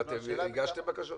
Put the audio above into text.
אתם הגשתם בקשות?